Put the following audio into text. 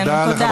תודה.